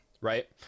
right